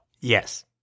Yes